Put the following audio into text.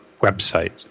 website